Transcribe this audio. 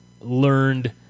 learned